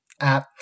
app